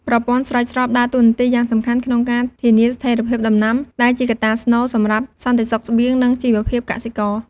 ប្រព័ន្ធស្រោចស្រពដើរតួនាទីយ៉ាងសំខាន់ក្នុងការធានាស្ថេរភាពដំណាំ ដែលជាកត្តាស្នូលសម្រាប់សន្តិសុខស្បៀង និងជីវភាពកសិករ។